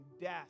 death